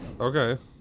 okay